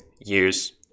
years